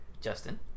Justin